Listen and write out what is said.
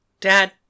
Dad